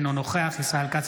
אינו נוכח ישראל כץ,